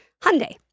Hyundai